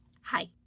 Hi